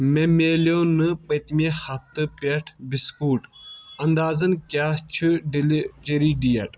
مےٚ مِلٮ۪و نہٕ پٔتمہِ ہفتہٕ پٮ۪ٹھ بِسکوٗٹ ، انٛدازَن کیٛاہ چھ ڈیلیچری ڈیٹ